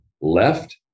left